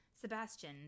Sebastian